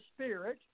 spirit